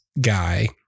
guy